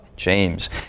James